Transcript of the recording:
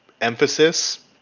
emphasis